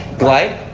glide.